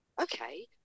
Okay